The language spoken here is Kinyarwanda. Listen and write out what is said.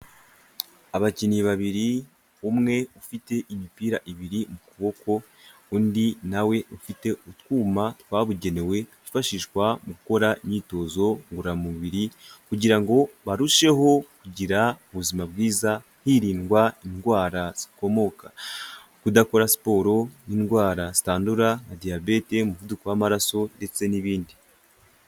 Abakinnyi babiri, umwe ufite imipira ibiri mu kuboko, undi nawe we ufite utwuma twabugenewe twifashishwa mu gukora imyitozo ngororamubiri kugira ngo barusheho kugira ubuzima bwiza, hirindwa indwara zikomoka kudakora siporo n'indwara zitandura nka diyabete, umuvuduko w'amaraso ndetse n'ibindi.